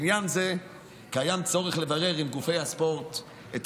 בעניין זה קיים צורך לברר עם גופי הספורט את